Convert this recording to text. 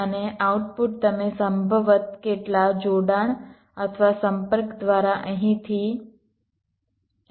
અને આઉટપુટ તમે સંભવતઃ કેટલાક જોડાણ અથવા સંપર્ક દ્વારા અહીંથી લઈ શકો છો